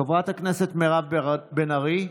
חברת הכנסת מירב בן ארי,